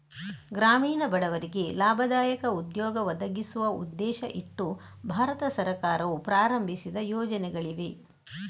ಗ್ರಾಮೀಣ ಬಡವರಿಗೆ ಲಾಭದಾಯಕ ಉದ್ಯೋಗ ಒದಗಿಸುವ ಉದ್ದೇಶ ಇಟ್ಟು ಭಾರತ ಸರ್ಕಾರವು ಪ್ರಾರಂಭಿಸಿದ ಯೋಜನೆಗಳಿವೆ